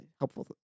helpful